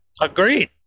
Agreed